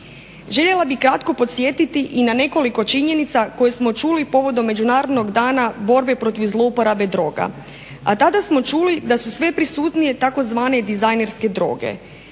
Željela bih kratko podsjetiti i na nekoliko činjenica koje smo čuli povodom međunarodnog dana borbe protiv zlouporabe droga, a tada smo čuli da su sve prisutnije tzv. dizajnerske droge.